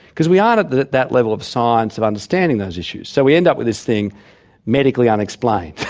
because we aren't at that at that level of science of understanding those issues, so we end up with this thing medically unexplained.